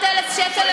580,000 600,000 שקל,